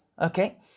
okay